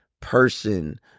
person